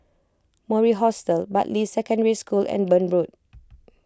Mori Hostel Bartley Secondary School and Burn Road